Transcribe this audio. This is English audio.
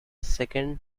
second